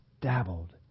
dabbled